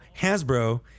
Hasbro